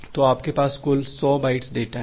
तो आपके पास कुल 100 बाइट्स डेटा हैं